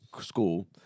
school